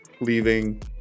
leaving